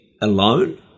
alone